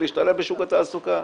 להשתלב בשוק התעסוקה.